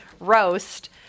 roast